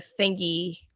thingy